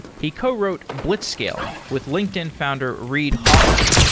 he co-wrote blitzcaling, with linkedin founder reid hoffman.